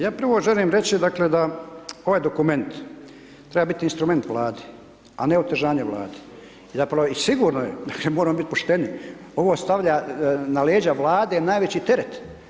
Ja prvo želim reći dakle da ovaj dokument treba bit instrument Vladi, a ne otežanje Vladi i zapravo i sigurno je dakle moramo bit pošteni, ovo stavlja na leđa Vlade najveći teret.